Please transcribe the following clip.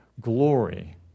glory